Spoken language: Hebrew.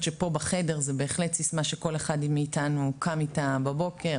שפה בחדר זו בהחלט סיסמה שכל אחד מאיתנו קם איתה בבוקר,